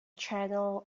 channel